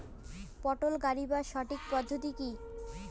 পটল গারিবার সঠিক পদ্ধতি কি?